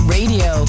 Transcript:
Radio